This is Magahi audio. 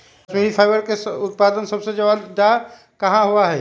कश्मीरी फाइबर के उत्पादन सबसे ज्यादा कहाँ होबा हई?